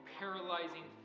paralyzing